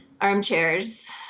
armchairs